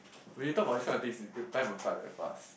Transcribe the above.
when you talk about this kind of things you you time will fly very fast